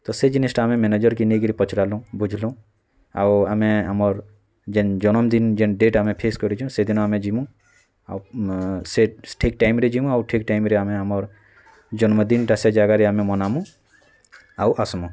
ତ ସେ ଜିନିଷ୍ଟା ଆମେ ମ୍ୟାନେଜର୍କେ ନେଇକିରି ପଚରାଲୁଁ ବୁଝଲୁଁ ଆଉଁ ଆମେ ଆମର୍ ଯେନ୍ ଜନମ୍ଦିନ୍ ଯେନ୍ ଡ଼େଟ୍ ଆମେ ଫିକ୍ସ୍ କରିଛୁଁ ସେଦିନ ଆମେ ଯିମୁଁ ଆଉ ସେ ଠିକ୍ ଟାଇମ୍ରେ ଯିମୁଁ ଆଉ ଠିକ୍ ଟାଇମ୍ରେ ଆମେ ଆମର୍ ଜନ୍ମଦିନ୍ଟା ସେ ଜାଗାରେ ଆମେ ମନାମୁଁ ଆଉ ଆସ୍ମୁଁ